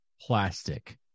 plastic